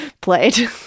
played